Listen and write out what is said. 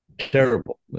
Terrible